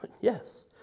Yes